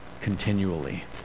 continually